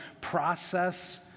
process